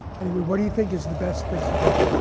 anyway, what do you think is the best thing to do?